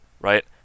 right